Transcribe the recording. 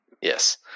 Yes